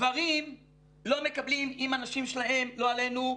גברים לא מקבלים אם הנשים שלהם, לא עלינו,